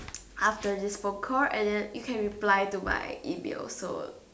after this phone call and then if you reply to my email so